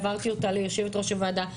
העברתי אותה ליושבת ראש הוועדה,